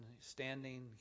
standing